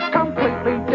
completely